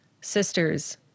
Sisters